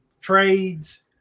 trades